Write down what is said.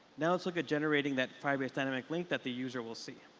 now let's look at generating that firebase dynamic link that the user will see.